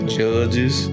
judges